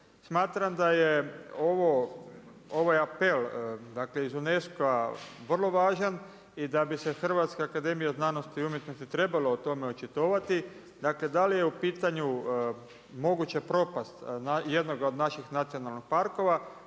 Smatram da je ovo, ovaj apel dakle iz UNESCO-a vrlo važan i da bi se Hrvatska akademija znanosti i umjetnosti trebala o tome očitovati. Dakle, da li je u pitanju moguća propast jednoga od naših nacionalnih parkova